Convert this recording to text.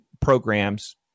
programs